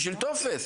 בשביל טופס.